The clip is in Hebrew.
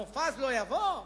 מופז לא יבוא?